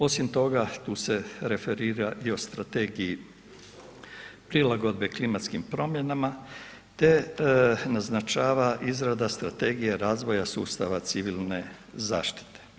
Osim toga, tu se referira i od Strategiji prilagodbe klimatskim promjenama te naznačava izrada Strategije razvoja sustava civilne zaštite.